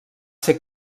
ser